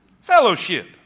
Fellowship